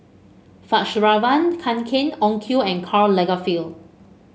Fjallraven Kanken Onkyo and Karl Lagerfeld